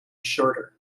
shorter